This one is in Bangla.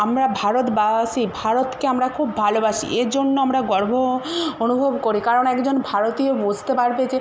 আমরা ভারতবাসী ভারতকে আমরা খুব ভালোবাসি এজন্য আমরা গর্ব অনুভব করি কারণ একজন ভারতীয় বুঝতে পারবে যে